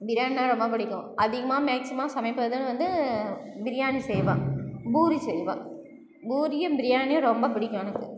பிரியாணி நான் ரொம்ப பிடிக்கு அதிகமாக மேக்சிமம் சமைக்கிறது வந்து பிரியாணி செய்வன் பூரி செய்வன் பூரியும் பிரியாணியும் ரொம்ப பிடிக்கும் எனக்கு